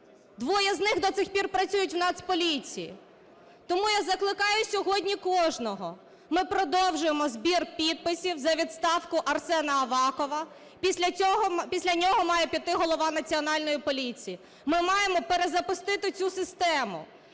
Двоє з них до цих пір працюють в Нацполіції. Тому я закликаю сьогодні кожного, ми продовжуємо збір підписів за відставку Арсена Авакова. Після нього має піти голова Національної поліції. Ми маємо перезапустити цю систему,